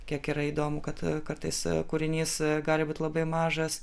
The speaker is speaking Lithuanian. kiek yra įdomu kad kartais kūrinys gali būti labai mažas